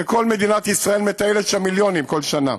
וכל מדינת ישראל מטיילת שם, מיליונים כל שנה.